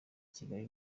kigali